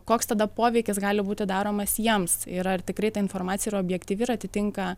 koks tada poveikis gali būti daromas jiems ir ar tikrai ta informacija yra objektyvi ir atitinka